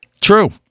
True